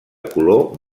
color